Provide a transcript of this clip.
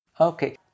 Okay